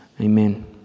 Amen